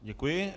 Děkuji.